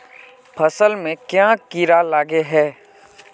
फसल में क्याँ कीड़ा लागे है?